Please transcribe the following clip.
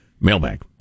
Mailbag